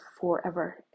forever